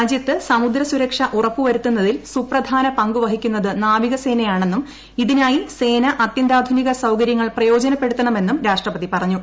രാജ്യത്ത് സമുദ്ര സുരക്ഷ ഉറപ്പുവരുത്തുന്നതിൽ സുപ്രധാന പങ്കുവഹിക്കുന്നത് നാവികസേനയാണെന്നും ഇതിനായി സേന അത്യന്താധുനിക സൌകര്യങ്ങൾ പ്രയോജനപ്പെടുത്തണമെന്നും രാഷ്ട്രപതി പറഞ്ഞു